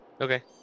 Okay